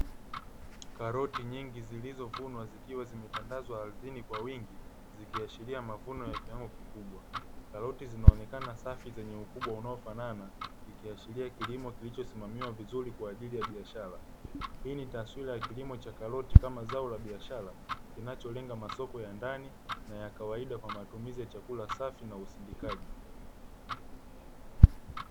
Karoti nyingi zilizovunwa zikiwa zimetandazwa ardhini kwa wingi, zikiashiria mavuno ya kiwango kikubwa, karoti zinaonekana safi zenye ukubwa unaofanana zikiashiria kilimo kilichosimamiwa vizuri kwa ajili ya biashara. Hii ni taswira ya kilimo cha karoti Kama zao la biashara kinacholenga masoko ya ndani na ya kawaida kwa matumizi wa chakula safi na usindikaji.